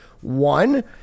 One